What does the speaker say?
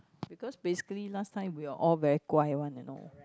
because basically last time we are all very 乖 one you know